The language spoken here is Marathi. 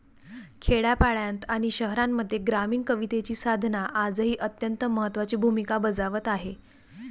खेड्यापाड्यांत आणि शहरांमध्ये ग्रामीण कवितेची साधना आजही अत्यंत महत्त्वाची भूमिका बजावत आहे